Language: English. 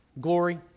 glory